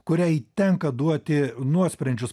kuriai tenka duoti nuosprendžius